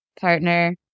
partner